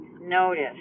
notice